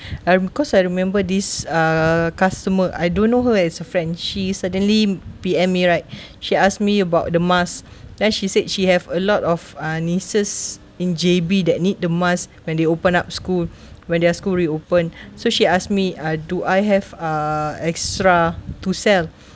um cause I remember this uh customer I don't know her as a friend she suddenly P_M me right she asked me about the mask then she said she has a lot of ah nieces in J_B that need the mask when they open up school when their school reopen so she ask me uh do I have uh extra to sell